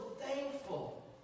thankful